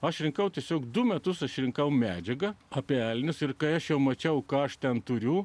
aš rinkau tiesiog du metus aš rinkau medžiagą apie elnius ir kai aš jau mačiau ką aš ten turiu